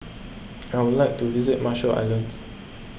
I would like to visit Marshall Islands